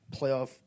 playoff